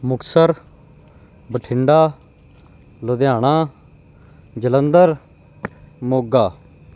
Muktsar Bathinda Ludhiana Jalandhar Moga